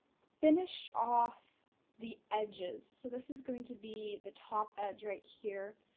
finished off the edges, so this is going to be the top edge right here,